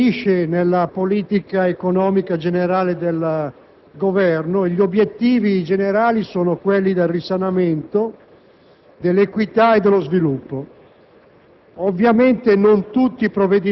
Il provvedimento si inserisce nella politica economica generale del Governo e gli obiettivi globali sono il risanamento, l'equità e lo sviluppo.